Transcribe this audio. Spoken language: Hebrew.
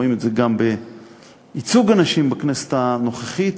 רואים את זה גם בייצוג הנשים בכנסת הנוכחית,